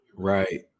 Right